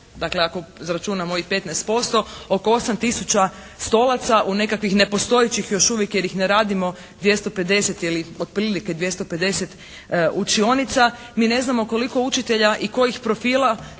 dakle ako zaračunamo ovih 15% oko 8 tisuća stolaca u nekakvih nepostojećih još uvijek jer ih ne radimo 250 ili otprilike 250 učionica. Mi ne znamo koliko učitelja i kojih profila